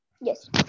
yes